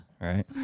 Right